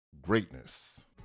greatness